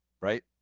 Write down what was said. right